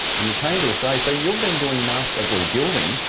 and he came to australia, so you've been going master, well gilding,